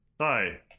Hi